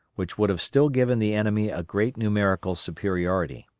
which would have still given the enemy a great numerical superiority.